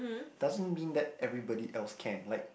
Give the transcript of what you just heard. doesn't mean that everybody else can like